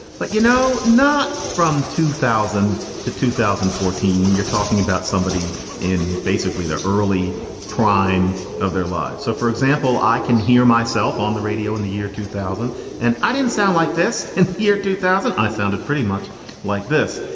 but you know not. from two thousand to two thousand and fourteen, when you're talking about somebody in basically their early prime of their lives. so, for example, i can hear myself on the radio in the year two thousand and i didn't sound like this in the year two thousand. i sounded pretty much like this.